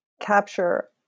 capture